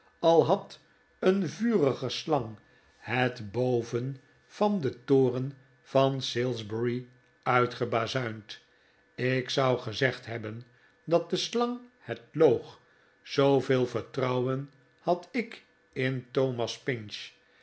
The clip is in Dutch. al had een vurige slang het boven van den toren van salisbury uitgebazuind ik zou gezegd hebben dat de slang het loog zooveel vertrouwen had ik in thomas pinch